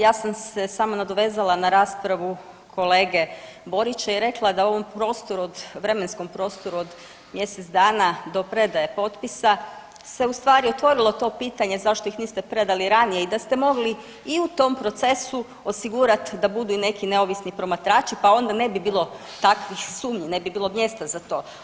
Ja sam se samo nadovezala na raspravu kolege Borića i rekla da u ovom prostoru od, vremenskom prostoru od mjesec dana do predaje potpisa se ustvari otvorilo to pitanje zašto ih niste predali ranije i da ste mogli i u tom procesu osigurati da budu i neki neovisni promatrači pa onda ne bi bilo takvih sumnji, ne bi bilo mjesta za to.